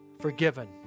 forgiven